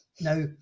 Now